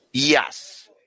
Yes